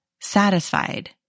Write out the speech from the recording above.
satisfied